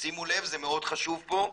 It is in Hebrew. שימו לב, זה מאוד חשוב פה,